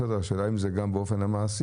השאלה היא אם זה גם באופן מעשי,